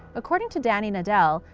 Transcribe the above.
according to dani nadel,